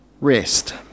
Rest